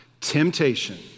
Temptation